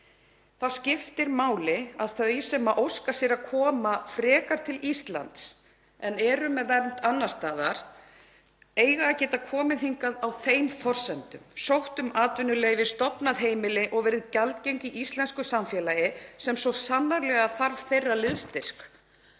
Þá skiptir máli að þau sem óska sér að koma frekar til Íslands, en eru með vernd annars staðar, eiga að geta komið hingað á þeim forsendum, sótt um atvinnuleyfi, stofnað heimili og verið gjaldgeng í íslensku samfélagi, sem svo sannarlega þarf á þeirra liðsstyrk